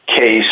case